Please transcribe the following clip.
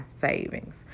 savings